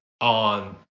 on